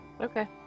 Okay